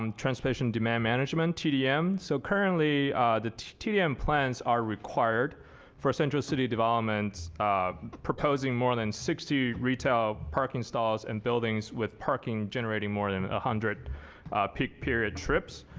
um transportation demand management tdm. so currently the tdm plans are required for central city developments proposing more than sixty retail parking stalls and buildings with parking generating more than one ah hundred peak period trips.